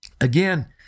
again